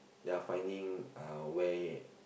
ya finding uh where eh